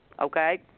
okay